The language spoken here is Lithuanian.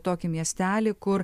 tokį miestelį kur